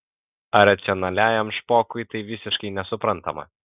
racionaliajam špokui tai visiškai nesuprantama